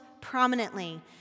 prominently